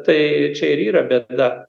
tai čia ir yra bėda